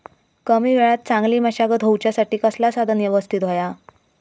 कमी वेळात चांगली मशागत होऊच्यासाठी कसला साधन यवस्तित होया?